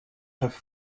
have